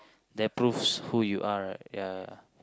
that proves who you are right ya